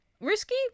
Risky